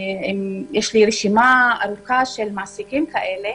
יש לי רשימה ארוכה של מעסיקים כאלה.